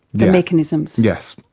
the mechanisms? yes,